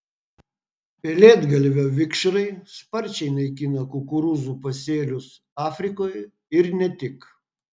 pelėdgalvio vikšrai sparčiai naikina kukurūzų pasėlius afrikoje ir ne tik